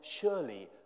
surely